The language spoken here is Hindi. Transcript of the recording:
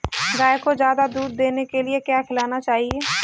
गाय को ज्यादा दूध देने के लिए क्या खिलाना चाहिए?